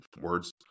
words